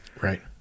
Right